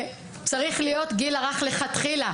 צריך להיות גיל הרך לכתחילה,